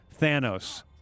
Thanos